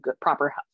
proper